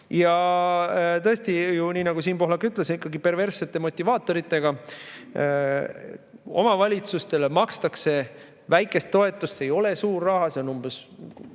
Ja tõesti, nii nagu Siim Pohlak ütles, perverssete motivaatoritega. Omavalitsustele makstakse väikest toetust – see ei ole suur raha, see on umbes